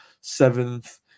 seventh